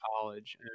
college